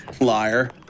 Liar